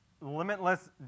limitless